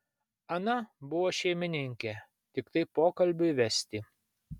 ana buvo šeimininkė tiktai pokalbiui vesti